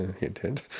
intent